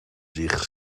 zich